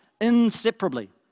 inseparably